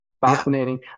fascinating